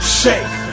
shake